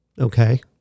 Okay